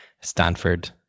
Stanford